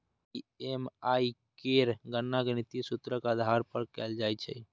EMI केर गणना गणितीय सूत्रक आधार पर कैल जाइ छै